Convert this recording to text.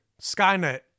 Skynet